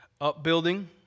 upbuilding